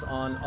on